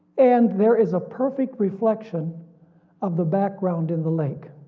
and there is a perfect reflection of the background in the lake.